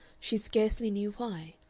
she scarcely knew why,